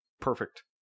perfect